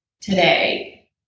Today